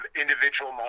individual